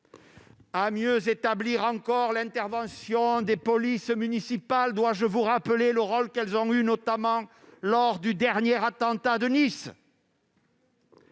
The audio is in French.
à mieux établir encore l'intervention des polices municipales. Dois-je vous rappeler le rôle qu'elles ont eu, notamment lors du dernier attentat de Nice